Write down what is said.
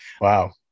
wow